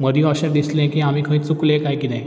मदीं अशें दिसलें की आमी खंय चुकले काय कितें